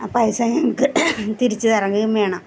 ആ പൈസ ഞങ്ങൾക്ക് തിരിച്ച് ഇറങ്ങുകയും വേണം